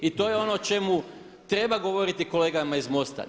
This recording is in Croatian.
I to je ono o čemu treba govoriti kolegama iz MOST-a.